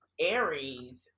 aries